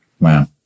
Wow